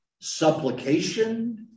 supplication